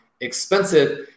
expensive